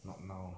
not now lah